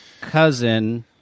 cousin